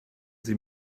sie